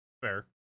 Fair